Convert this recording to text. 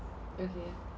okay